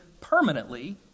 permanently